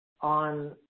on